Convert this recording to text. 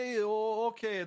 okay